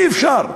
אי-אפשר.